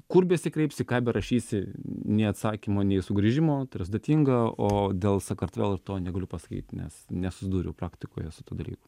kur besikreipsi ką berašysi nei atsakymo nei sugrįžimo tai yra sudėtinga o dėl sakartvelo to negaliu pasakyt nes nesusidūriau praktikoje su tuo dalyku